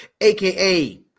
aka